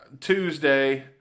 Tuesday